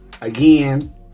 Again